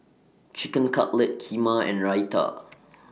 Chicken Cutlet Kheema and Raita